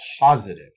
positive